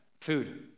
Food